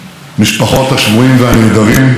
חיילות וחיילי צה"ל,